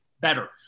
better